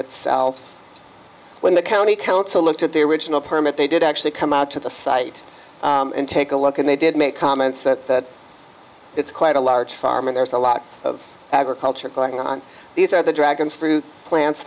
itself when the county council looked at the original permit they did actually come out to the site and take a look and they did make comments that it's quite a large farm and there's a lot of agriculture going on these are the dragons fruit plants